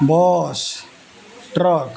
bus truck